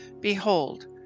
Behold